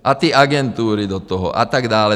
A ty agentury do toho a tak dále.